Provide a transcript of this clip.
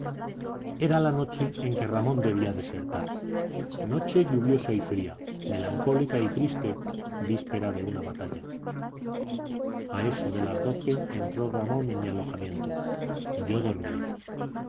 era la noche en que ramón debía desertar noche lluviosa y fría melancólica y triste víspera de una batalla a eso de las doce entró ramón en mi alojamiento yo dormía